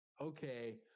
okay